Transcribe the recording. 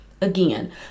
Again